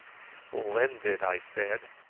splendid, i said.